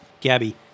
Gabby